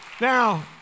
now